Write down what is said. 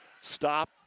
stop